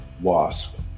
Wasp